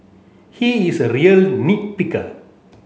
he is a real nit picker